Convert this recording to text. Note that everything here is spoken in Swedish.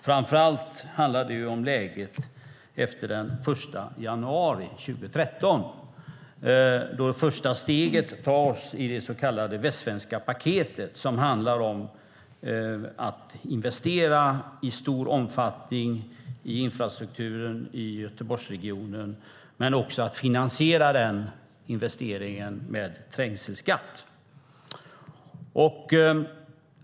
Framför allt handlar det om läget efter den 1 januari 2013 då det första steget tas i det så kallade Västsvenska paketet, som handlar om att investera i stor omfattning i infrastrukturen i Göteborgsregionen men också att finansiera den investeringen med trängselskatt.